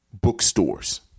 bookstores